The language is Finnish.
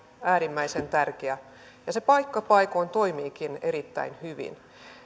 äärimmäisen tärkeää ja se paikka paikoin toimiikin erittäin hyvin